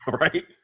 right